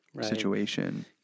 situation